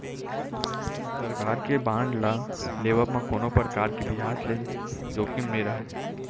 सरकार के बांड ल लेवब म कोनो परकार ले बियाज के जोखिम नइ राहय